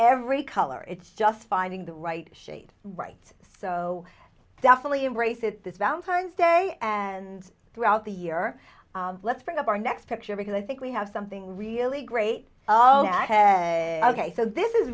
every color it's just finding the right shade right so definitely embrace it this valentine's day and throughout the year let's bring up our next picture because i think we have something really great ok so this is